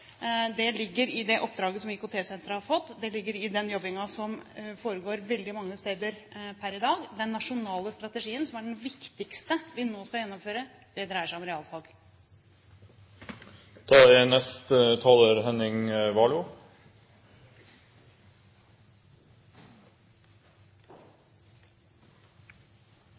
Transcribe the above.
det oppdraget som IKT-senteret har fått. Det ligger i den jobbingen som foregår veldig mange steder per i dag. Den nasjonale strategien, som er den viktigste vi nå skal gjennomføre, dreier seg om